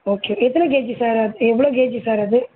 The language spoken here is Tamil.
ஓகே எத்தனை கேஜி சார் எவ்வளோ கேஜி சார் அது